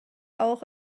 auch